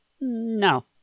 No